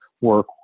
work